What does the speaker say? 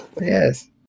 Yes